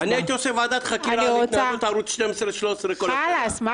התנהלות ערוצי 12 ו-13 כל השנה.